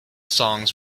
songs